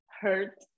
hurt